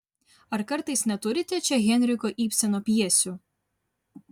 ar kartais neturite čia henriko ibseno pjesių